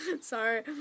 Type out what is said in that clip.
Sorry